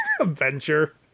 Adventure